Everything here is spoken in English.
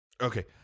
Okay